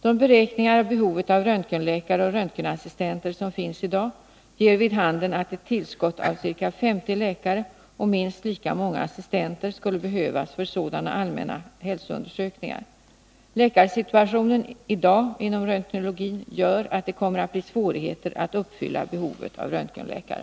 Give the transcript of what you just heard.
De beräkningar av behovet av röntgenläkare och röntgenassistenter som finns i dag ger vid handen att ett tillskott av ca 50 läkare och minst lika många assistenter skulle behövas för sådana allmänna hälsoundersökningar. Läkarsituationen i dag inom röntgenologin gör att det kommer att bli svårigheter att uppfylla behovet av röntgenläkare.